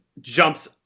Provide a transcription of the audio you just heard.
jumps